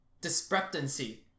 discrepancy